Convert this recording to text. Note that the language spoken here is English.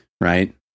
right